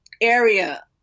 area